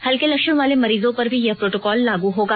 हल्के लक्षण वालों मरीजों पर भी यह प्रोटोकॉल लागू होगा